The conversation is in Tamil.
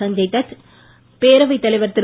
சஞ்சய் தத் பேரவைத் தலைவர் திரு